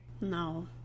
No